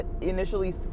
initially